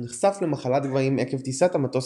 הוא נחשף למחלת גבהים עקב טיסת המטוס